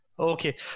Okay